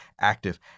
active